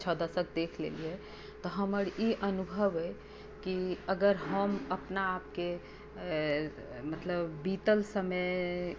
छओ दशक देख लेलियै तऽ हमर ई अनुभव अइ कि अगर हम अपना आपके मतलब बीतल समय